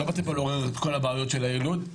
לא רוצה לעורר את כל הבעיות של העיר לוד,